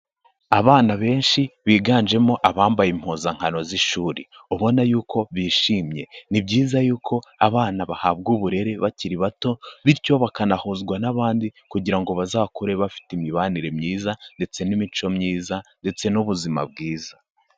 Abana benshi biganjemo abambaye impuzankano z'ishuri ubona yuko bishimye. Ni byiza yuko abana bahabwa uburere bakiri bato bityo bakanahuzwa n'abandi kugira ngo bazakure bafite imibanire myiza ndetse n'imico myiza ndetse n'ubuzima bwiza.